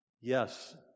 Yes